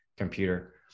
computer